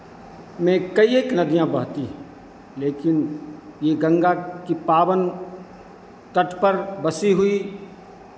में कई एक नदियाँ बहती हैं लेकिन ये गंगा की पावन तट पर बसी हुई